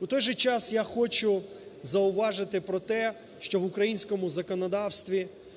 В той же час я хочу зауважити про те, що в українському законодавстві